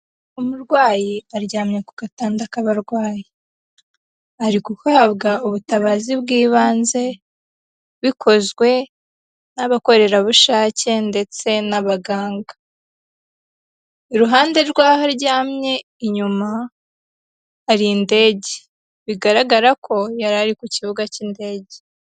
Umurwayi aryamye ku gatanda k'abarwayi, ari guhabwa ubutabazi bw'ibanze bikozwe n'abakorerabushake ndetse n'abaganga, iruhande rw'aho aryamye inyuma hari indege, bigaragara ko yari ari ku kibuga cy'indege.